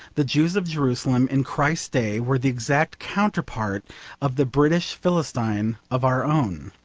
the jews of jerusalem in christ's day were the exact counterpart of the british philistine of our own.